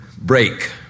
break